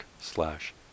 slash